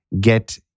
get